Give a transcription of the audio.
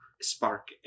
Spark